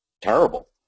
terrible